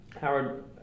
Howard